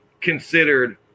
considered